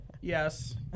Yes